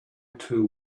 too